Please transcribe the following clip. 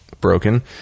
broken